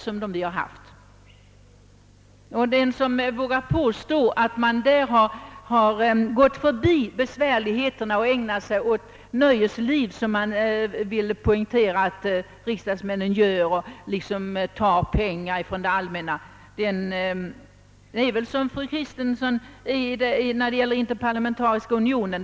Om man vågar insinuera att deltagarna undvikit de besvärliga momenten på dessa resor och i stället ägnat sig åt nöjesliv — det har gjorts gällande att riksdagsmännen skulle göra så och därmed missbruka allmänna medel — gör man på samma sätt som fru Kristensson beträffande den = interparlamentariska unionen.